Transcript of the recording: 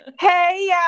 hey